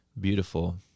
Beautiful